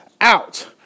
out